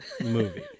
movie